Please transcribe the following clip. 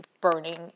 burning